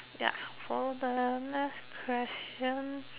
ya for the next question